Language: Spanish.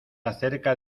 acerca